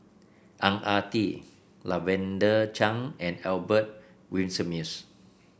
Ang Ah Tee Lavender Chang and Albert Winsemius